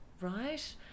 Right